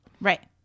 Right